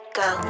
go